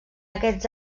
aquests